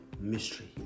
mystery